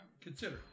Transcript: consider